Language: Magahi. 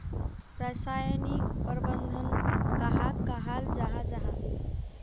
रासायनिक प्रबंधन कहाक कहाल जाहा जाहा?